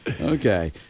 Okay